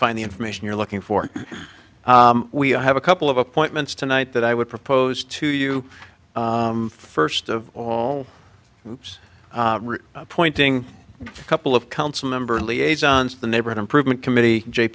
find the information you're looking for we have a couple of appointments tonight that i would propose to you first of all appointing a couple of council member liaisons to the neighborhood improvement committee j